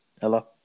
hello